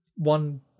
One